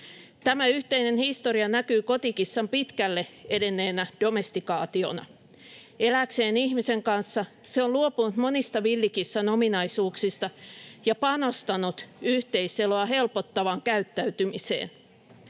Tämä yhteinen historia näkyy kotikissan pitkälle edenneenä domestikaationa. Elääkseen ihmisen kanssa se on luopunut monista villikissan ominaisuuksista ja panostanut yhteiseloa helpottavaan käyttäytymiseen.